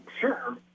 sure